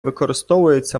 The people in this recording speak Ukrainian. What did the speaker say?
використовується